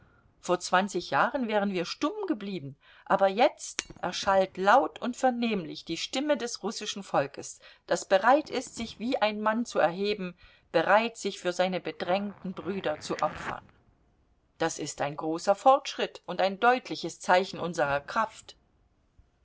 vor zwanzig jahren wären wir stumm geblieben aber jetzt erschallt laut und vernehmlich die stimme des russischen volkes das bereit ist sich wie ein mann zu erheben bereit sich für seine bedrängten brüder zu opfern das ist ein großer fortschritt und ein deutliches zeichen unserer kraft